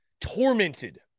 tormented